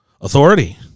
Authority